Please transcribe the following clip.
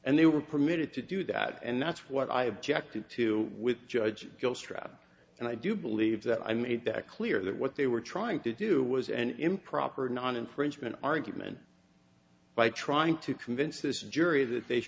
and they were permitted to do that and that's what i objected to with judge bill stroud and i do believe that i made that clear that what they were trying to do was an improper non infringement argument by trying to convince a jury that they